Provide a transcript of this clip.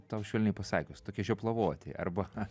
tau švelniai pasakius tokia žioplavoti arba